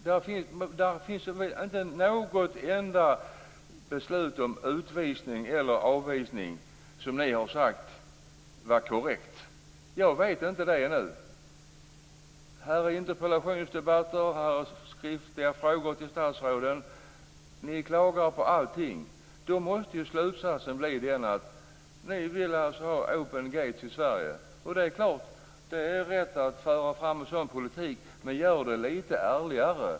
Det finns ännu inte något enda beslut om utvisning eller avvisning som ni har sagt har varit korrekt. I interpellationsdebatter och i skriftliga frågor till statsråden klagar ni på allting. Då måste ju slutsatsen bli att ni vill ha open gates i Sverige. Det är klart att ni har rätt att föra fram en sådan politik, men gör det lite ärligare.